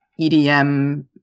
EDM